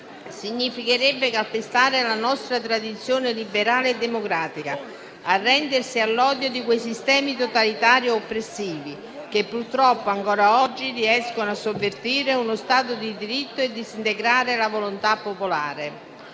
Significherebbe calpestare la nostra tradizione liberale e democratica, arrendersi all'odio di quei sistemi totalitari e oppressivi che purtroppo ancora oggi riescono a sovvertire uno Stato di diritto e a disintegrare la volontà popolare.